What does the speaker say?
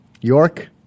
York